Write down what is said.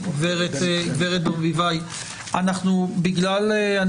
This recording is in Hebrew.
וגברת ברביבאי, אני